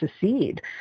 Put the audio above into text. secede